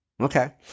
Okay